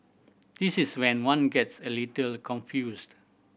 this is when one gets a little confused